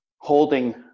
holding